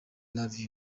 love